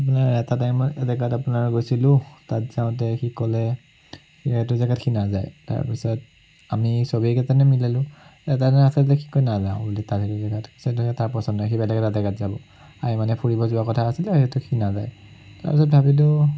আপোনাৰ এটা টাইমত এজেগাত আপোনাৰ গৈছিলোঁ তাত যাওঁতে সি ক'লে যে সেইটো জেগাত সি নাযায় তাৰপিছত আমি চবেই তেনেকৈ মিলালোঁ তাৰ লাস্টত সি কয় নাযাওঁ বুলি পছন্দ নহয় সি বেলেগ এটা জেগাত যাব আমি মানে ফুৰিব যোৱা কথা আছিলে সেইটো সি নাযায় তাৰপাছত ভাবিলোঁ